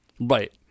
Right